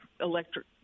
electric